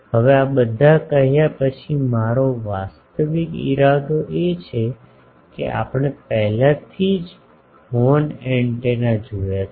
હવે આ બધા કહ્યા પછી મારો વાસ્તવિક ઇરાદો એ છે કે આપણે પહેલાથી જ હોર્ન એન્ટેના જોયો છે